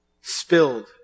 spilled